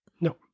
no